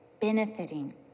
benefiting